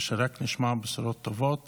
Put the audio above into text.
ושרק נשמע בשורות טובות